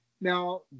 Now